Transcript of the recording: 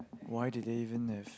why did they even have